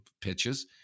pitches